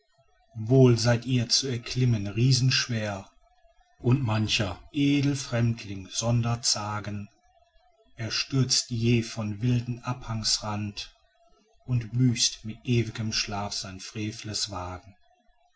wohl seid ihr zu erklimmen riesenschwer und mancher edle fremdling sonder zagen er stürzte jäh von wilden abhangs rand und büßt mit ew'gem schlaf sein frevles wagen